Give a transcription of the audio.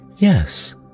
Yes